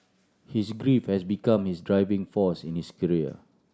his grief has become his driving force in his career